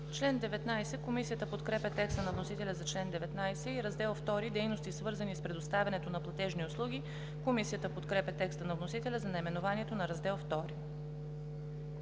АНГЕЛОВА: Комисията подкрепя текста на вносителя за чл. 19. „Раздел II – Дейности, свързани с предоставянето на платежни услуги“. Комисията подкрепя текста на вносителя за наименованието на Раздел II.